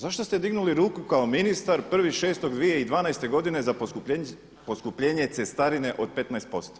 Zašto ste dignuli ruku kao ministar 1.6.2012. godine za poskupljenje cestarine od 15%